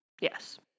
Yes